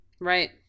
Right